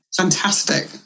Fantastic